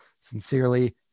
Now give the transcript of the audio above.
Sincerely